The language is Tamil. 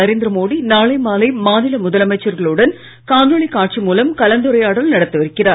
நரேந்திர மோடி நாளை மாலை மாநில முதலமைச்சர்களுடன் காணொளி காட்சி மூலம் கலந்துரையாடல் நடத்தவிருக்கிறார்